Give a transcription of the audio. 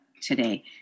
today